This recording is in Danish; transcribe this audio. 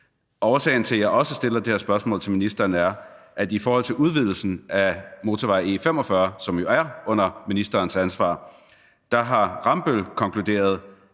årsag til, at jeg stiller det her spørgsmål til ministeren, er, at i forhold til udvidelsen af motorvej E45, som jo er under ministerens ressort, har Rambøll konkluderet,